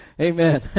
Amen